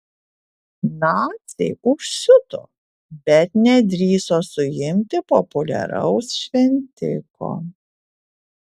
naciai užsiuto bet nedrįso suimti populiaraus šventiko